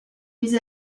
mis